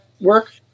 work